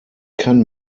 kann